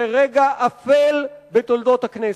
זה רגע אפל בתולדות הכנסת.